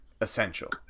essential